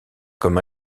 comme